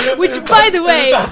which by the way.